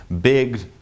big